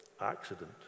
accident